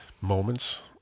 Moments